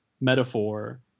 metaphor